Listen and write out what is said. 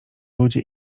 ludzie